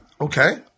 Okay